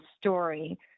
story